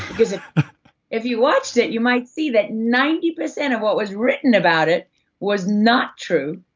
because if you watched it, you might see that ninety percent of what was written about it was not true,